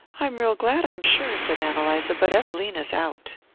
i'm real glad, i'm sure, said ann eliza but evelina's out.